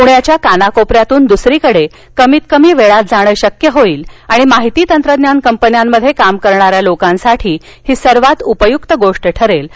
पुण्याच्या कोनाकोपऱ्यातून दुसरीकडे कमीतकमी वेळेत जाणे शक्य होईल आणि माहिती तंत्रज्ञान कंपन्यांमध्ये काम करणाऱ्या लोकांसाठी ही सर्वात उपयुक्त गोष्ट ठरेल असंही मोदी म्हणाले